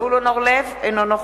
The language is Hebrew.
(קוראת בשמות חברי הכנסת) זבולון אורלב, אינו נוכח